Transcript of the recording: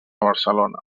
barcelona